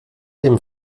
dem